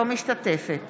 אינה משתתפת